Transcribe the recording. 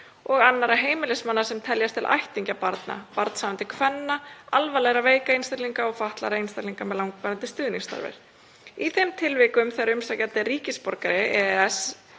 og annarra heimilismanna sem teljast til ættingja barna, barnshafandi kvenna, alvarlegra veikra einstaklinga og fatlaðra einstaklinga með langvarandi stuðningsþarfir. Í þeim tilvikum þegar umsækjandi er ríkisborgari EES-